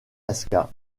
alaska